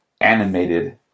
animated